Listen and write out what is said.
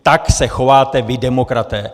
Tak se chováte vy demokraté!